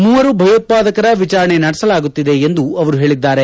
ಮೂವರು ಭಯೋತ್ಪಾದಕರ ವಿಚಾರಣೆ ನಡೆಸಲಾಗುತ್ತಿದೆ ಎಂದು ಅವರು ಹೇಳಿದ್ದಾರೆ